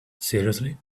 seriously